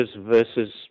versus